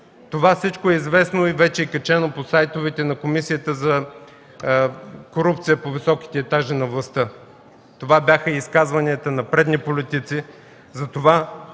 това е известно и вече е качено по сайтовете на Комисията за борба с корупцията по високите етажи на властта. Това бяха и изказванията на предни политици.